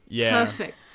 perfect